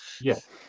yes